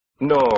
no